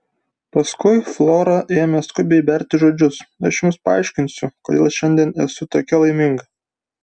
paskui flora ėmė skubiai berti žodžius aš jums paaiškinsiu kodėl šiandien esu tokia laiminga